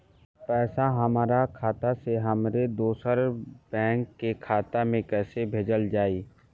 पैसा हमरा खाता से हमारे दोसर बैंक के खाता मे कैसे भेजल जायी?